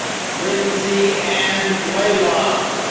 lindsey ann blalock.